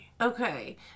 Okay